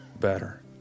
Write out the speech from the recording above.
better